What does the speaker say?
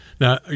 Now